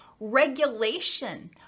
regulation